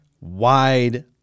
wide